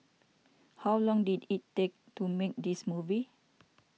how long did it take to make this movie